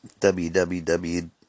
www